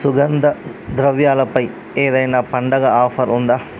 సుగంధ ద్రవ్యాలపై ఏదైనా పండగ ఆఫర్ ఉందా